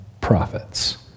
prophets